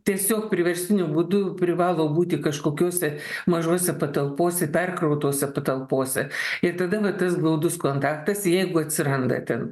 tiesiog priverstiniu būdu privalo būti kažkokiose mažose patalpose perkrautose patalpose ir tada va tas glaudus kontaktas jeigu atsiranda ten